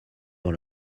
dans